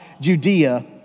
Judea